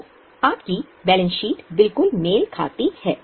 तो आपकी balance sheet बिल्कुल मेल खाती है